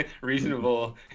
reasonable